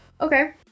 okay